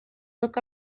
look